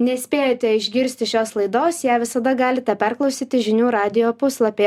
nespėjote išgirsti šios laidos ją visada galite perklausyti žinių radijo puslapyje